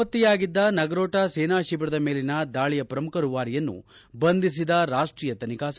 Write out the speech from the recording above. ನಾಪತ್ತೆಯಾಗಿದ್ದ ನಗ್ರೋಟ ಸೇನಾ ಶಿಬಿರದ ಮೇಲಿನ ದಾಳಿಯ ಪ್ರಮುಖ ರೂವಾರಿಯನ್ನು ಬಂಧಿಸಿದ ರಾಷ್ಷೀಯ ತನಿಖಾ ಸಂಸ್ಲೆ